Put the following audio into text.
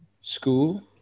school